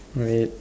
wait